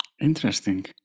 Interesting